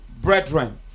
brethren